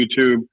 YouTube